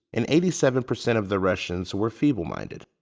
and eighty seven percent of the russians were feeble-minded.